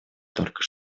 только